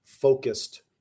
Focused